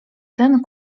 sen